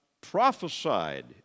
prophesied